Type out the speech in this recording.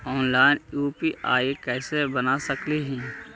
Online UPI कैसे बना सकली ही?